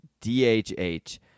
DHH